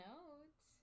Notes